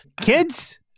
Kids